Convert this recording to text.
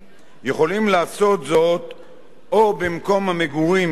או במקום המגורים של אחד מבני-הזוג,